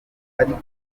ariko